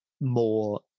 more